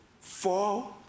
four